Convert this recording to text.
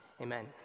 Amen